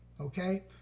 Okay